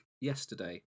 yesterday